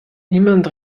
niemand